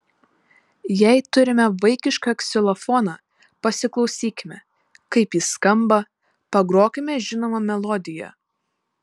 jei turime vaikišką ksilofoną pasiklausykime kaip jis skamba pagrokime žinomą melodiją